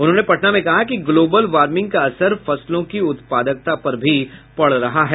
उन्होंने पटना में कहा कि ग्लोबल वार्मिंग का असर फसलों की उत्पादकता पर भी पड़ रहा है